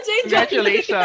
congratulations